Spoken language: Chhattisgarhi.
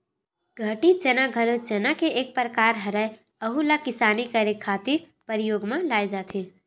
कटही चना घलो चना के एक परकार हरय, अहूँ ला किसानी करे खातिर परियोग म लाये जाथे